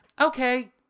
okay